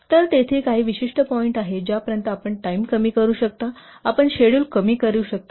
तर तेथे काही विशिष्ट पॉईंट आहेत ज्यापर्यंत आपण टाइम कमी करू शकता आपण शेड्युल कमी करू शकता